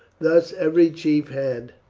thus every chief had,